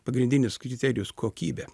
pagrindinis kriterijus kokybė